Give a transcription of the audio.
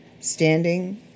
standing